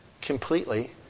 completely